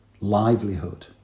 livelihood